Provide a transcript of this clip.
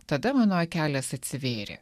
tada mano kelias atsivėrė